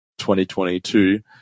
2022